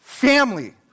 family